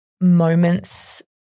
moments